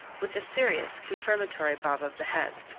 with a serious, confirmatory bob of the head.